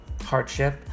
hardship